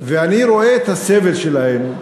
ואני רואה את הסבל שלהם.